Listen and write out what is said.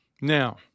Now